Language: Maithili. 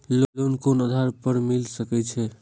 लोन कोन आधार पर मिल सके छे?